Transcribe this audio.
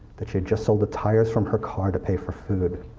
that she had just sold the tires from her car to pay for food.